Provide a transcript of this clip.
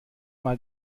mal